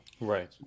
Right